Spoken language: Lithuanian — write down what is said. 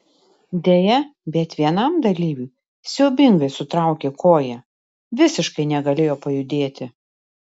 deja bet vienam dalyviui siaubingai sutraukė koją visiškai negalėjo pajudėti